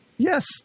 Yes